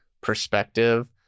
perspective